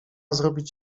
zrobić